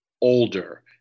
older